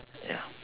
ya